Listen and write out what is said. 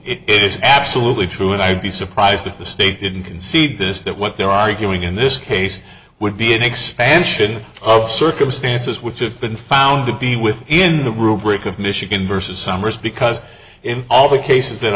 it is absolutely true and i would be surprised if the state didn't concede this that what they're arguing in this case would be an expansion of circumstances which have been found to be within the rubric of michigan versus summers because in all the cases that